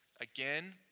again